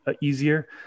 easier